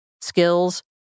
skills